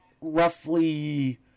roughly